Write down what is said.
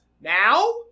Now